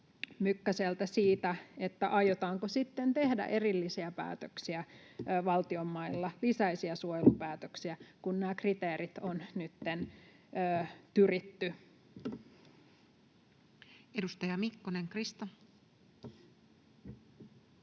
Mykkäseltä siitä, aiotaanko sitten tehdä erillisiä päätöksiä valtion mailla, lisäisiä suojelupäätöksiä, kun nämä kriteerit on nytten tyritty. [Speech 208]